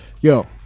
Yo